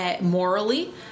morally